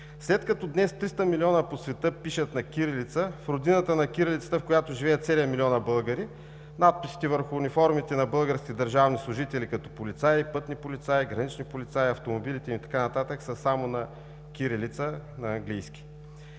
След като днес 300 милиона по света пишат на кирилица, в родината на кирилицата, в която живеят седем милиона българи, надписите върху униформите на българските държавни служители, като полицаи, пътни полицаи, гранични полицаи, автомобилите им и така нататък, са само на латиница – на английски.